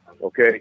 okay